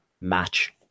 match